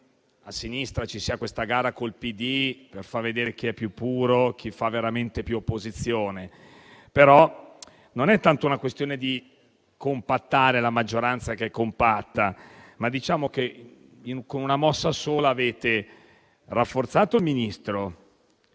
a sinistra ci sia una gara col PD per far vedere chi è più puro e chi fa veramente più opposizione, ma non è tanto una questione di compattare la maggioranza, che è compatta. Diciamo che con una mossa sola avete rafforzato il Ministro,